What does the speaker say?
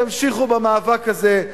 תמשיכו במאבק הזה,